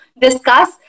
discuss